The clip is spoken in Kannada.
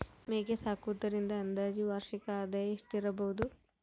ಮೇಕೆ ಸಾಕುವುದರಿಂದ ಅಂದಾಜು ವಾರ್ಷಿಕ ಆದಾಯ ಎಷ್ಟಿರಬಹುದು?